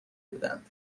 بودند